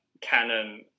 canon